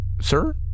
Sir